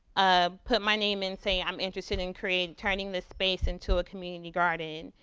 ah put my name and say i'm interested in create, turning this space into a community garden.